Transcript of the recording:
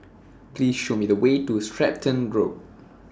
Please Show Me The Way to Stratton Road